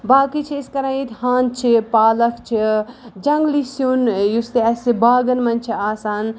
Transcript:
باقٕے چھِ أسۍ کران ییٚتہِ ہند چھِ پالکھ چھِ جنگلی سیُن یُس تہِ اَسہِ باگن منٛز چھُ آسان